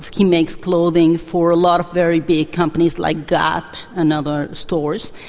he makes clothing for a lot of very big companies like gap and other stores.